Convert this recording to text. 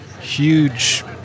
huge